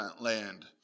land